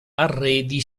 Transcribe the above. arredi